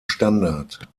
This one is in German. standard